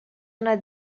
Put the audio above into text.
una